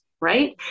right